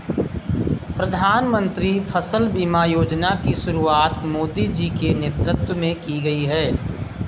प्रधानमंत्री फसल बीमा योजना की शुरुआत मोदी जी के नेतृत्व में की गई है